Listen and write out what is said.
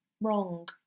wrong